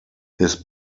his